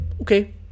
okay